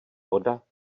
voda